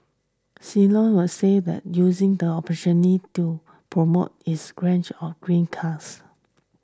Citroen a saved using the opportunity to promote its range of green cars